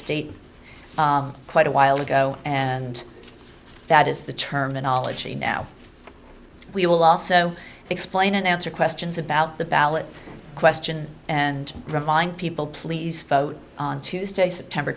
state quite a while ago and that is the terminology now we will also explain and answer questions about the ballot question and remind people please vote on tuesday september